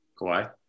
Kawhi